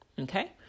Okay